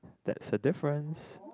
that's a difference